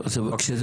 כשזה